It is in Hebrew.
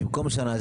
במקום שנה.